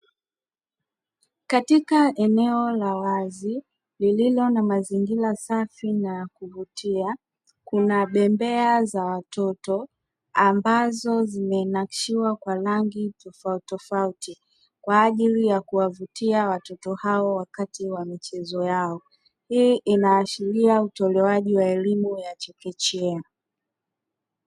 Katika eneo la wazi, lililo na mazingira safi na ya kuvutia, kuna bembe za watoto, ambazo zimenakshiwa kwa rangi tofauti tofauti, kwaajili ya kuwavutia watoto hao, wakati wa michezo yao, hii inaashilia utolewaji wa elimu ya chekechea.